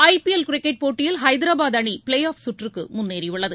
IPL cricket போட்டியில் ஹைதராபாத் அணி playoff சுற்றுக்கு முன்னேறியுள்ளது